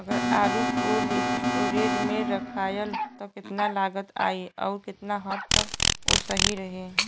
अगर आलू cold storage में रखायल त कितना लागत आई अउर कितना हद तक उ सही रही?